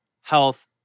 health